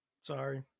Sorry